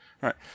Right